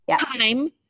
time